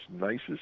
nicest